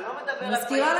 אני מזכירה לך.